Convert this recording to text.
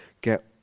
get